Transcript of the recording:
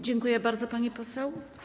Dziękuję bardzo, pani poseł.